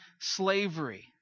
slavery